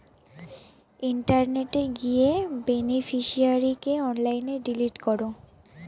ইন্টারনেটে গিয়ে বেনিফিশিয়ারিকে অনলাইনে ডিলিট করো